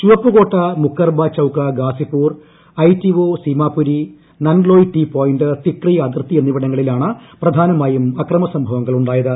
ചുവപ്പ് കോട്ട Mukarba Chowk Ghazipur ITO Seemapuri Nangloi T point Tikri അതിർത്തി എന്നിവിടങ്ങളിലാണ് പ്രധാനമായും അക്രമ സംഭവങ്ങൾ ഉണ്ടായത്